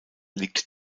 liegt